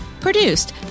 Produced